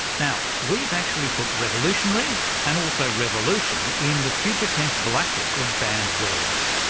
now, we've actually put revolutionary and also revolution in the future tense black book of banned words,